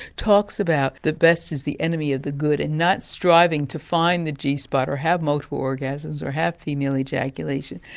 talks about the best is the enemy of the good and not striving to find the g-spot, or have multiple orgasms, or have female ejaculation,